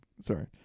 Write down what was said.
Sorry